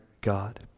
God